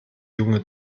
junge